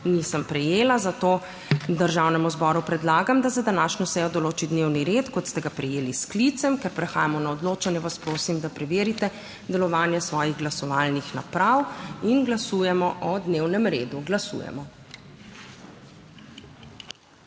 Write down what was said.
nisem prejela, zato Državnemu zboru predlagam, da za današnjo sejo določi dnevni red, kot ste ga prejeli s sklicem. Ker prehajamo na odločanje, vas prosim, da preverite delovanje svojih glasovalnih naprav in glasujemo o dnevnem redu. Glasujemo.